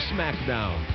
Smackdown